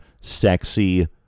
sexy